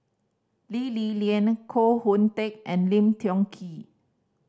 Lee Li Lian Koh Hoon Teck and Lim Tiong Ghee